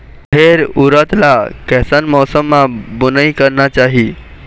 रहेर उरद ला कैसन मौसम मा बुनई करना चाही?